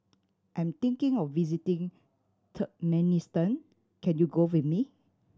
I'm thinking of visiting Turkmenistan can you go with me